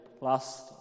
last